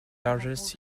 largest